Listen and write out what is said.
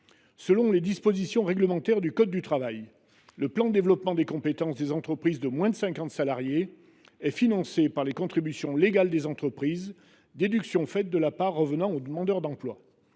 Selon les dispositions réglementaires du code du travail, le plan de développement des compétences des entreprises de moins de cinquante salariés est financé par les contributions légales des entreprises, déduction faite de la part revenant aux demandeurs d’emploi.